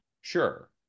Sure